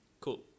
Cool